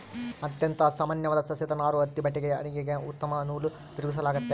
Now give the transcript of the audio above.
ಅತ್ಯಂತ ಸಾಮಾನ್ಯವಾದ ಸಸ್ಯದ ನಾರು ಹತ್ತಿ ಬಟ್ಟೆಗೆ ಹೆಣಿಗೆಗೆ ಉತ್ತಮ ನೂಲು ತಿರುಗಿಸಲಾಗ್ತತೆ